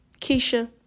Keisha